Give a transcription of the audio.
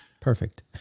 Perfect